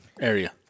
area